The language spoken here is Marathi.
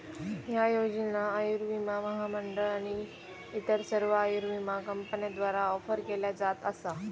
ह्या योजना आयुर्विमा महामंडळ आणि इतर सर्व आयुर्विमा कंपन्यांद्वारा ऑफर केल्या जात असा